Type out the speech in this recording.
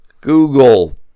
Google